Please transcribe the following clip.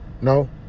No